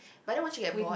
but then once you get bored